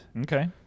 Okay